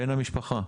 בן המשפחה.